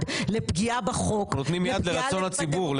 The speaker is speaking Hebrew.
לפגיעה בחוק --- נותנים יד לרצון הציבור.